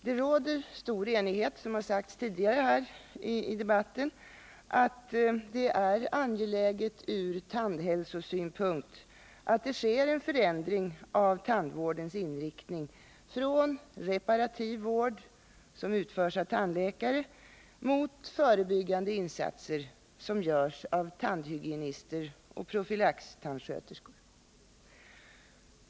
Det råder stor enighet, vilket sagts tidigare i debatten, om att det är angeläget ur tandhälsosynpunkt att det sker en förändring av tandvårdens inriktning från reparativ vård — utförd av tandläkare — mot förebyggande insatser, som görs av tandhygienister och profylaxtandsköterskor.